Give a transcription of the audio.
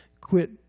quit